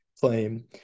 claim